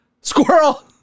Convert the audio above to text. Squirrel